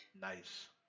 nice